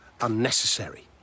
unnecessary